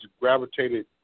gravitated